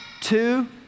two